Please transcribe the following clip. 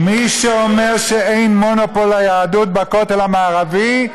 מי שאומר שאין מונופול ליהדות בכותל המערבי,